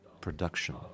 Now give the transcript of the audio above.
production